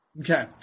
Okay